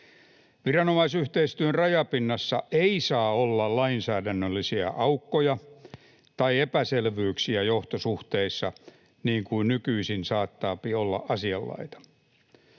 Viranomaisyhteistyön rajapinnassa ei saa olla lainsäädännöllisiä aukkoja tai epäselvyyksiä johtosuhteissa, niin kuin nykyisin saattaapi olla asianlaita.